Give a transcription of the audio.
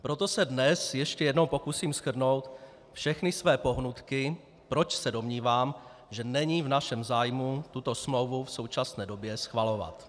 Proto se dnes ještě jednou pokusím shrnout všechny své pohnutky, proč se domnívám, že není v našem zájmu tuto smlouvu v současné době schvalovat.